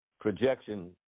projection